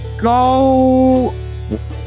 go